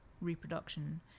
reproduction